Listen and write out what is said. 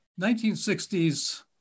1960s